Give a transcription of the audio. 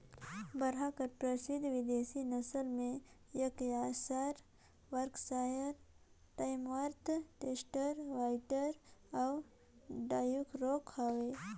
बरहा कर परसिद्ध बिदेसी नसल में Yorkshire, Berkshire, Tamworth, Chester White अउ ड्यूरॉक हवे